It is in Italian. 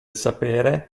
sapere